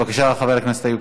בבקשה, חבר הכנסת איוב